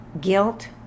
guilt